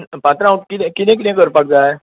पात्रांव कितें कितें करपाक जाय